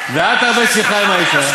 ואל תרבה שיחה עם האישה" מה זה הדבר הזה?